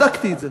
בדקתי את זה,